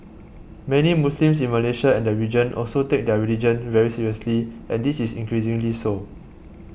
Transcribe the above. many Muslims in Malaysia and the region also take their religion very seriously and this is increasingly so